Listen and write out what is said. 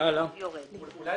אולי